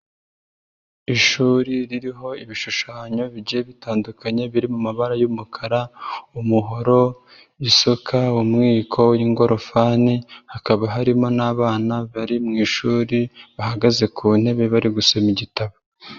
Ishuri ririho ibishushanyo bigiye bitandukanye biri mu mabara y'umukara, umuhoro, isuka, umwiko n'ingorofani; hakaba harimo n'abana bari mu ishuri, bahagaze ku ntebe bari gusoma igitabo.